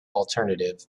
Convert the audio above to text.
alternative